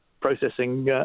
processing